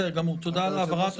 בסדר גמור, תודה על ההבהרה.